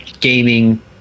gaming